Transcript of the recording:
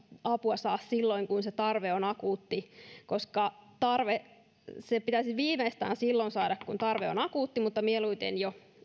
apua saa silloin kun tarve on akuutti koska sitä pitäisi saada viimeistään silloin kun tarve on akuutti mutta mieluiten jo